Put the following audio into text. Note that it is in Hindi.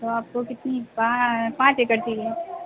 तो आपको कितनी पाँच एकड़ चाहिए